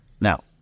Now